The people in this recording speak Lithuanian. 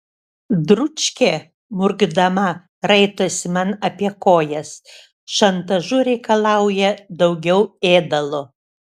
dručkė murkdama raitosi man apie kojas šantažu reikalauja daugiau ėdalo